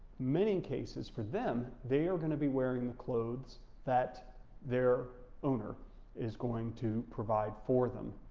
many and cases for them, they are gonna be wearing the clothes that their owner is going to provide for them.